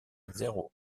zéro